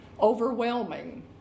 overwhelming